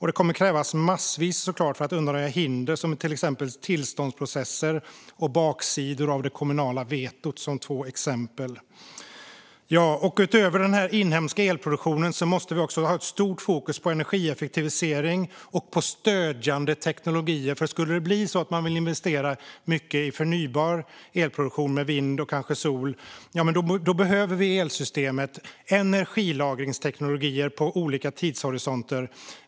Det kommer att krävas massvis för att undanröja hinder som till exempel tillståndsprocesser och baksidor av det kommunala vetot, för att bara ta två exempel. Utöver den inhemska elproduktionen måste vi också ha ett stort fokus på energieffektivisering och på stödjande teknologier. Om man vill investera mycket i förnybar elproduktion med vind och kanske sol behöver vi i elsystemet energilagringsteknologier på olika tidshorisonter.